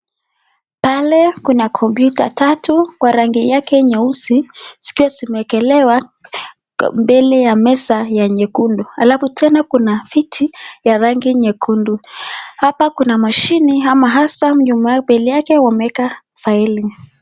Pale kuna kompyuta tatu kwa rangi yake nyeusi zikiwa zimewekelewa mbele ya meza ya nyekundu. Halafu tena kuna viti ya rangi nyekundu. Hapa kuna mashine ama hasa mbele yake wameeka faili.